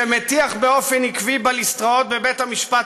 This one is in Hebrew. שמטיח באופן עקבי בליסטראות בבית-המשפט